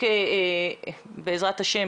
בעזרת ה',